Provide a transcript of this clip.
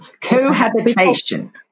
Cohabitation